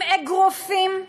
עם אגרופים,